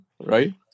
Right